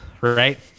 right